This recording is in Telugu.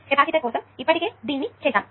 కెపాసిటర్ కోసం ఇప్పటికే దీన్ని చేసాము